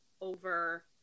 over